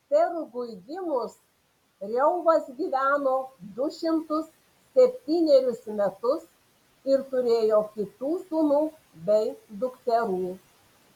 serugui gimus reuvas gyveno du šimtus septynerius metus ir turėjo kitų sūnų bei dukterų